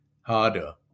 harder